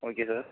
okay sir